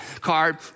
card